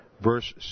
Verse